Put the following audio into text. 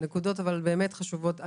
נקודות באמת חשובות.